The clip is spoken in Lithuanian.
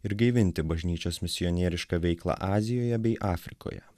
ir gaivinti bažnyčios misionierišką veiklą azijoje bei afrikoje